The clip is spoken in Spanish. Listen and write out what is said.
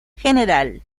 general